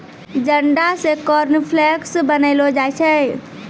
जंडा से कॉर्नफ्लेक्स बनैलो जाय छै